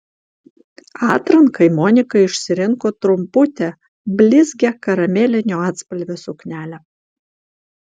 atrankai monika išsirinko trumputę blizgią karamelinio atspalvio suknelę